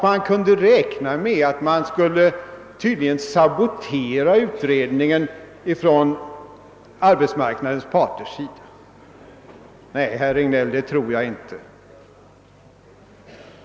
Man kunde räkna med att utredningen tydligen skulle saboteras från arbetsmarknadsparternas sida. Nej, herr Regnéll, det tror jag inte.